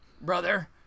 brother